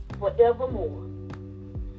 forevermore